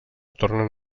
tornen